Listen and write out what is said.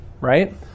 right